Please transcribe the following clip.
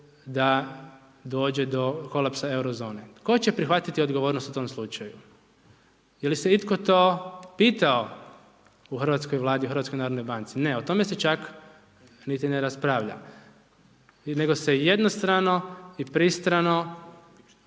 da dođe do kolapsa euro zone? Tko će prihvatiti odgovornost u tom slučaju? Je li se itko to pitao u hrvatskoj Vladi, u HNB-u? Ne, o tome se čak niti ne raspravlja. Nego se jednostrano i pristrano